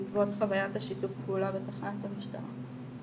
בעקבות חוויית השיתוף פעולה בתחנת המשטרה.